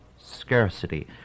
scarcity